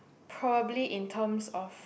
probably in terms of